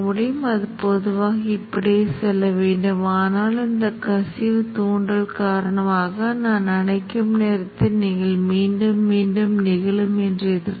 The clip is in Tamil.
இது அளவில் மிகவும் சிறியதாக இருப்பதைப் கவனிக்கவும் எனவே உண்மையில் காந்தமாக்கும் பகுதி இங்கே ஒரு நேரியல் அலை வடிவத்தை எடுக்கும் மற்றும் ஒரு அதிவேக முறையில் செல்கிறது மற்றும் இங்கிருந்து மீண்டும் நேரியல் மற்றும் இதுபோல் தொடரும்